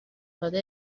داده